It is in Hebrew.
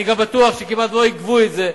אני גם בטוח שכמעט לא יגבו את זה.